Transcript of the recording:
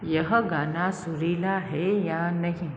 यह गाना सुरीला है या नहीं